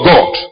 God